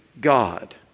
God